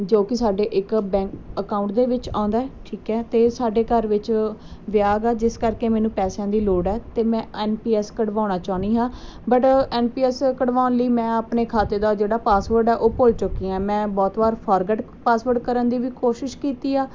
ਜੋ ਕਿ ਸਾਡੇ ਇੱਕ ਬੈਂਕ ਅਕਾਊਂਟ ਦੇ ਵਿੱਚ ਆਉਂਦਾ ਠੀਕ ਹੈ ਅਤੇ ਸਾਡੇ ਘਰ ਵਿੱਚ ਵਿਆਹ ਗਾ ਜਿਸ ਕਰਕੇ ਮੈਨੂੰ ਪੈਸਿਆਂ ਦੀ ਲੋੜ ਹੈ ਅਤੇ ਮੈਂ ਐਨ ਪੀ ਐਸ ਕਢਵਾਉਣਾ ਚਾਹੁੰਦੀ ਹਾਂ ਬਟ ਐਨ ਪੀ ਐਸ ਕਢਵਾਉਣ ਲਈ ਮੈਂ ਆਪਣੇ ਖਾਤੇ ਦਾ ਜਿਹੜਾ ਪਾਸਵਰਡ ਹੈ ਉਹ ਭੁੱਲ ਚੁੱਕੀ ਹਾਂ ਮੈਂ ਬਹੁਤ ਵਾਰ ਫਾਰਗਟ ਪਾਸਵਰਡ ਕਰਨ ਦੀ ਵੀ ਕੋਸ਼ਿਸ਼ ਕੀਤੀ ਆ